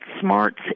smarts